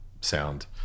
sound